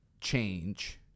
change